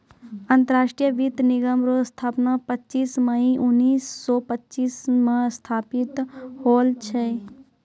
अंतरराष्ट्रीय वित्त निगम रो स्थापना पच्चीस मई उनैस सो पच्चीस मे स्थापित होल छै